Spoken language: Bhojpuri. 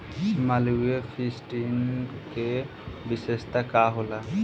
मालवीय फिफ्टीन के विशेषता का होला?